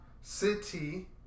City